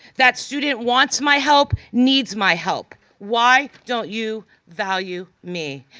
that student wants my help, needs my help. why don't you value me?